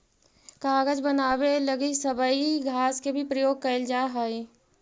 कागज बनावे लगी सबई घास के भी प्रयोग कईल जा हई